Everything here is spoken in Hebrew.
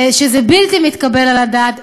שזה בלתי מתקבל על הדעת.